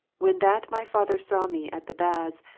when that my father saw me at the baths,